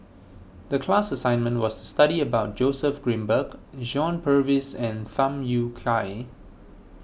the class assignment was study about Joseph Grimberg John Purvis and Tham Yui Kai